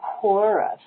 chorus